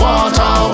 Water